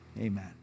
Amen